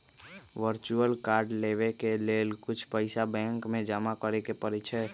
virtual card लेबेय के लेल कुछ पइसा बैंक में जमा करेके परै छै